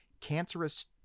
cancerous